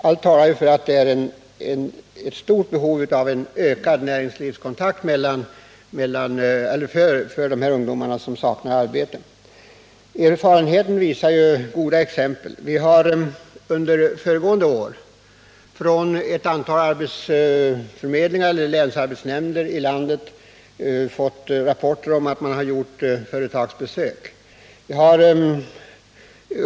Allt talar för att det finns ett stort behov av en ökad kontakt med näringslivet hos de ungdomar som saknar arbete. Goda erfarenheter har också kunnat redovisas från den verksamhet som bedrivits på detta område, bl.a. genom rapporter från ett antal länsarbetsnämnder i landet om resultatet av de företagsbesök som gjorts.